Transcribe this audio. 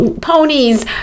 ponies